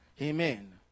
Amen